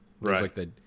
Right